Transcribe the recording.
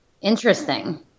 Interesting